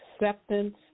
acceptance